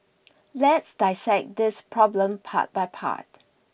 let's dissect this problem part by part